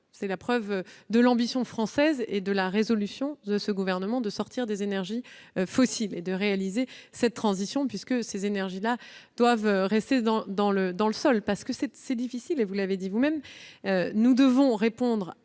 est la preuve de l'ambition française et de la résolution du Gouvernement de sortir des énergies fossiles et de réaliser cette transition, puisque ces énergies doivent rester dans le sol. Le sujet est difficile, vous l'avez dit vous-même, monsieur le